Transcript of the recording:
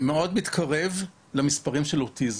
זה מאוד מתקרב למספרים של אוטיזם,